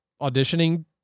auditioning